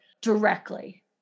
Directly